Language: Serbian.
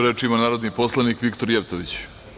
Reč ima narodni poslanik Viktor Jevtović.